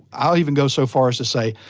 i'll even go so far as to say,